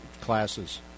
classes